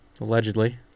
Allegedly